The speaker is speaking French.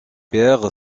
pierre